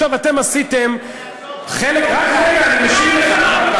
עכשיו, אתם עשיתם חלק, רק רגע, אני משיב לך.